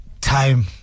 time